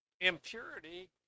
impurity